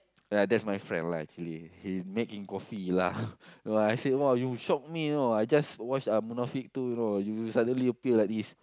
yeah that's my friend lah actually he making coffee lah no I say !wah! you shock me you know I just watched uh Munafik two you know you suddenly appear like this